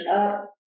up